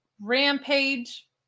Rampage